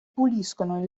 puliscono